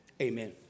Amen